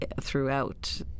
throughout